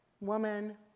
Woman